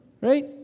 right